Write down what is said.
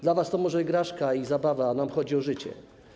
Dla was to może igraszka i zabawa, a nam chodzi o życie.